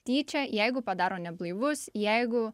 tyčia jeigu padaro neblaivus jeigu